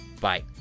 Bye